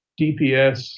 dps